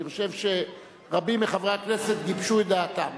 אני חושב שרבים מחברי הכנסת גיבשו את דעתם,